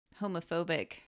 homophobic